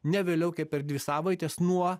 ne vėliau kaip per dvi savaites nuo